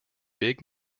big